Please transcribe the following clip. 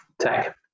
tech